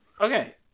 Okay